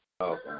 okay